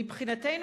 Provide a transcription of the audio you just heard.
מבחינתנו,